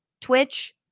twitch